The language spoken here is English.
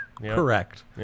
Correct